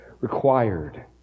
required